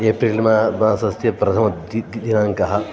April मा मासस्य प्रथमः दि दिनाङ्कः